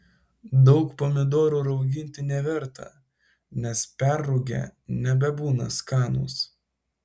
daug pomidorų rauginti neverta nes perrūgę nebebūna skanūs